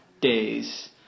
days